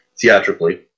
theatrically